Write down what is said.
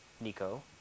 Nico